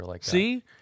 see